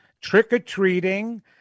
trick-or-treating